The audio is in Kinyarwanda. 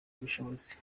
ubushobozi